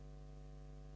Hvala